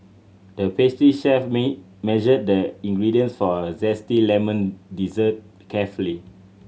the pastry chef measured the ingredients for a zesty lemon dessert carefully